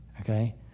Okay